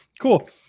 cool